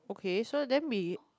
okay so then we